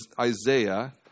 Isaiah